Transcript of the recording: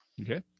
Okay